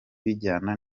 bijyana